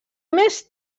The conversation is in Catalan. més